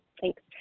Thanks